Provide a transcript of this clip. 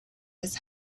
miss